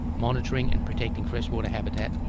monitoring and protecting fresh water habitat,